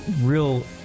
real